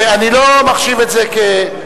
אני לא מחשיב את זה כשימוש.